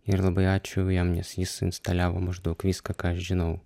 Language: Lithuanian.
ir labai ačiū jam nes jis instaliavo maždaug viską ką aš žinau